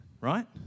right